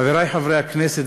חברי חברי הכנסת,